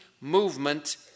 movement